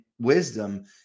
wisdom